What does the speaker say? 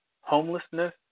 homelessness